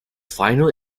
final